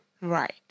Right